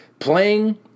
Playing